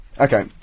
Okay